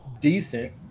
decent